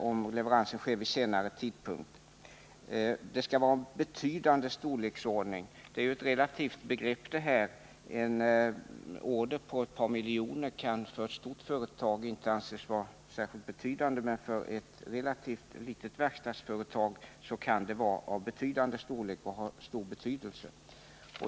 Om leverans sker vid senare tidpunkt skall det, sägs det, vara investeringar av ”betydande storleksordning”. Det är ett relativt begrepp. En order på ett par miljoner kronor kan för ett stort företag inte anses särskilt betydande, men för ett relativt litet verkstadsföretag kan en sådan order ha stor betydelse.